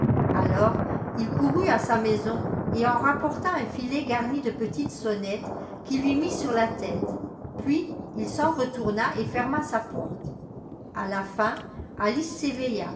alors il courut à sa maison et en rapporta un filet garni de petites sonnettes qu'il lui mit sur la tète puis il s'en retourna et ferma sa porte a la fin